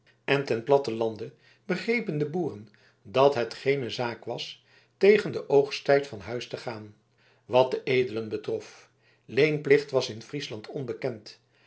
en ten platten lande begrepen de boeren dat het geene zaak was tegen den oogsttijd van huis te gaan wat de edelen betrof leenplicht was in friesland onbekend